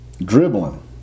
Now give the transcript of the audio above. Dribbling